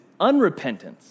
unrepentance